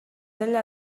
enllà